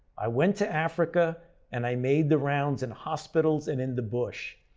i went to africa and i made the rounds in hospitals and in the bush.